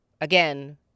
again